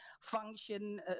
function